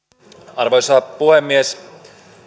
arvoisa puhemies